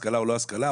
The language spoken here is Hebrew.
השכלה או לא השכלה.